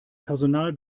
personal